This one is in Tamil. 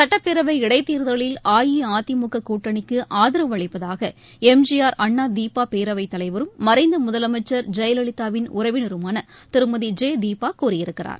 சட்ப்பேரவை இடைத்தேர்தலில் அஇஅதிமுககூட்டணிக்குஆதரவு அளிப்பதாகஎம்ஜிஆர் அண்ணாதீபாபேரவைதலைவரும் மறைந்தமுதலமைச்சர் ஜெயலிதாவின் உறவினருமானதிருமதி ஜெதீபாகூறியிருக்கிறார்